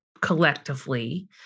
collectively